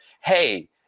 hey